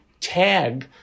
tag